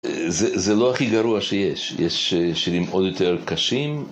זה לא הכי גרוע שיש, יש שירים עוד יותר קשים.